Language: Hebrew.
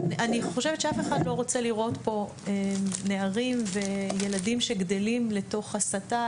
אני חושבת שאף אחד לא רוצה לראות פה נערים וילדים שגדלים לתוך הסתה,